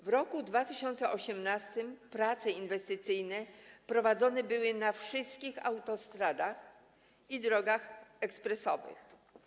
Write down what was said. W roku 2018 prace inwestycyjne prowadzone były na wszystkich autostradach i drogach ekspresowych.